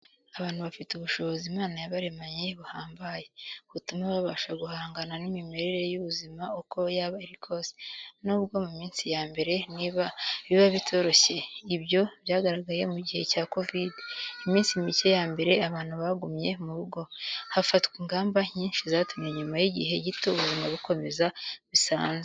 Abantu bafite ubushobozi Imana yabaremanye buhambaye, butuma babasha guhangana n'imimerere y'ubuzima uko yaba iri kose, n'ubwo mu minsi ya mbere biba bitoroshye, ibyo byagaragaye mu gihe cya Kovide, iminsi mike ya mbere abantu bagumye mu rugo, hafatwa ingamba nyinshi zatumye nyuma y'igihe gito ubuzima bukomeza bisanzwe.